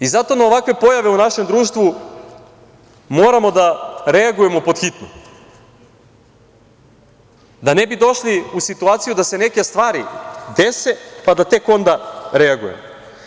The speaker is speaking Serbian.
I zato na ovakve pojave u našem društvu moramo da reagujemo pod hitno, da ne bi došli u situaciju da se neke stvari dese, pa da tek onda reagujemo.